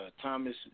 Thomas